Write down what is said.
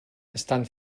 estan